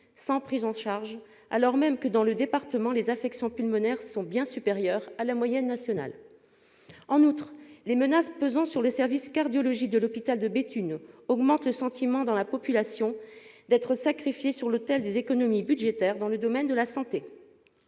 sans prise en charge, alors même que, dans le département, le nombre d'affections pulmonaires est bien supérieur à la moyenne nationale. En outre, les menaces pesant sur le service de cardiologie de l'hôpital de Béthune amplifient l'impression ressentie par la population d'être sacrifiée sur l'autel des économies budgétaires dans le domaine de la santé.